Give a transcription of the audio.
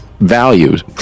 values